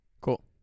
Cool